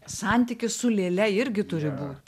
santykis su lėle irgi turi būt